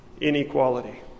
inequality